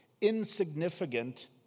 insignificant